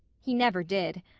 he never did.